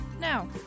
Now